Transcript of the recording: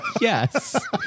Yes